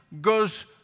goes